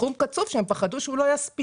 סכום קצוב שהם פחדו שהוא לא יספיק.